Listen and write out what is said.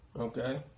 Okay